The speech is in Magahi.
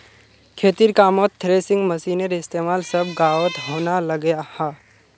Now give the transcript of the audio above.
खेतिर कामोत थ्रेसिंग मशिनेर इस्तेमाल सब गाओंत होवा लग्याहा